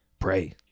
pray